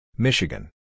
Michigan